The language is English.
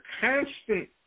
constant